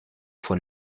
von